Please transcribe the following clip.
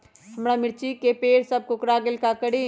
हमारा मिर्ची के पेड़ सब कोकरा गेल का करी?